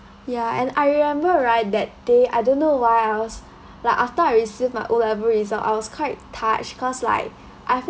ya and I remember right that day I don't know why else like after I received my O level results I was quite touched cause like I feel